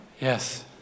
Yes